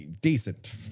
decent